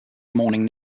morning